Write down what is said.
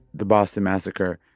the boston massacre,